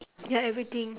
ya everything